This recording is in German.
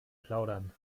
plaudern